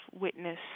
witness